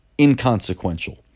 inconsequential